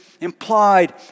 implied